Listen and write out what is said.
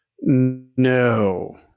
No